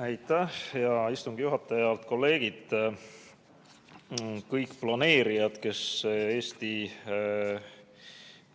Aitäh, hea istungi juhataja! Head kolleegid, kõik planeerijad, kes